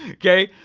okay.